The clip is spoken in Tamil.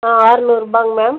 ஆ ஆறநூறுபாங்க மேம்